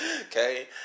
Okay